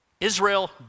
Israel